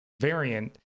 variant